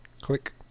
Click